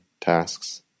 tasks